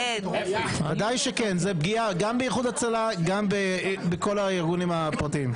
זה פגיעה גם באיחוד הצלה וגם בכל הארגונים הפרטיים.